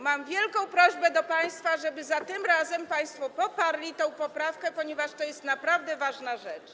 Mam wielką prośbę do państwa, żeby tym razem państwo poparli tę poprawkę, ponieważ to jest naprawdę ważna rzecz.